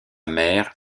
mère